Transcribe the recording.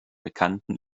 bekannten